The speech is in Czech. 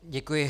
Děkuji.